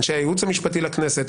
אנשי הייעוץ המשפטי לכנסת,